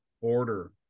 order